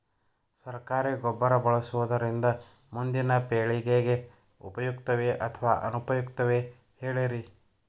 ಸರಕಾರಿ ಗೊಬ್ಬರ ಬಳಸುವುದರಿಂದ ಮುಂದಿನ ಪೇಳಿಗೆಗೆ ಉಪಯುಕ್ತವೇ ಅಥವಾ ಅನುಪಯುಕ್ತವೇ ಹೇಳಿರಿ